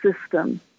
system